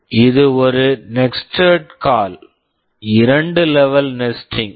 இது ஒரு nested call nested call இரண்டு லெவல் நெஸ்டிங் level nesting